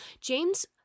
James